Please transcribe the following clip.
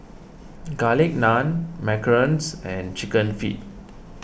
Garlic Naan Macarons and Chicken Feet